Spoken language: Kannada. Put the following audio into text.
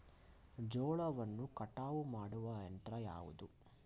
ಜೋಳವನ್ನು ಕಟಾವು ಮಾಡುವ ಯಂತ್ರ ಯಾವುದು?